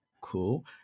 Cool